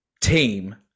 team